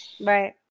Right